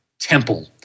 Temple